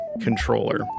controller